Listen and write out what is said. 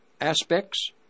aspects